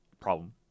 problem